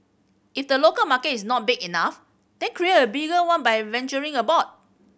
if the local market is not big enough then create a bigger one by venturing abroad